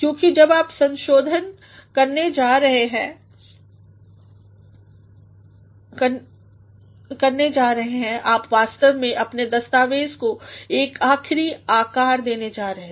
क्योंकि जब आप संशोधन करने जा रहे हैं आप वास्तव में अपने दस्तावेज़ को एक आख़िरी आकर देने जा रहे हैं